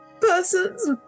person's